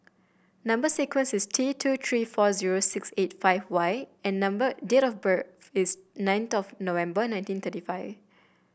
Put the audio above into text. number sequence is T two three four zero six eight five Y and number date of birth is ninth of November nineteen thirty five